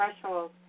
threshold